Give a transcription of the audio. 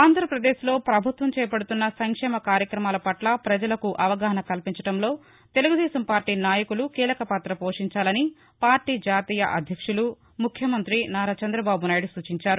ఆంధ్రాపదేశ్లో ప్రభుత్వం చేపడుతున్న సంక్షేమ కార్యక్రమాల పట్ల ప్రజలకు అవగాహన కల్పించడంలో తెలుగుదేశం పార్టీ నాయకులు కీలకపాత పోషించాలని పార్టీ జాతీయ అధ్యక్షులు ముఖ్యమంతి నారా చంద్రబాబునాయుడు సూచించారు